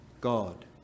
God